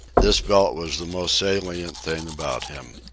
this belt was the most salient thing about him.